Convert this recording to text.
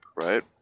right